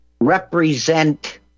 represent